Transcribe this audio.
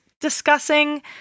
discussing